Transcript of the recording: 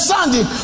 Sunday